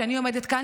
כשאני עומדת כאן,